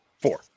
Four